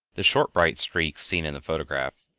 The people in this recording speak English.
the short bright streaks seen in the photograph,